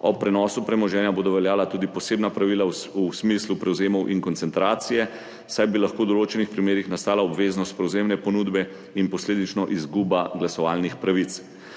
Ob prenosu premoženja bodo veljala tudi posebna pravila v smislu prevzemov in koncentracije, saj bi lahko v določenih primerih nastala obveznost prevzemne ponudbe in posledično izguba glasovalnih pravic.